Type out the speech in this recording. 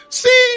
see